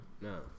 No